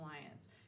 Alliance